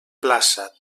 plaça